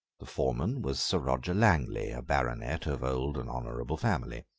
the foreman was sir roger langley, a baronet of old and honourable family.